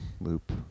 loop